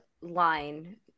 line